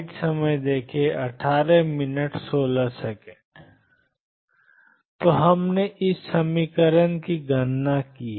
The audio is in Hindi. तो हमने ⟨x ⟨x⟩p ⟨p⟩⟩⟨xp⟩ ⟨x⟩⟨p⟩ की गणना की है